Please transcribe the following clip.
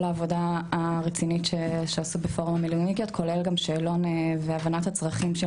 העבודה הרצינית שעשו בפורום המילואמניקיות כולל גם שאלון והבנת הצרכים של